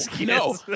no